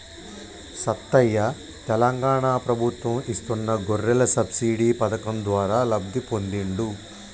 సత్తయ్య తెలంగాణ ప్రభుత్వం ఇస్తున్న గొర్రెల సబ్సిడీ పథకం ద్వారా లబ్ధి పొందిండు